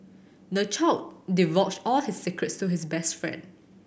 the child divulged all his secrets to his best friend